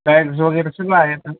bags वगैरे सगळं आहे सर